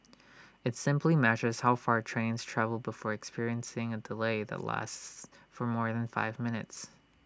IT simply measures how far trains travel before experiencing A delay that lasts for more than five minutes